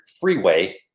freeway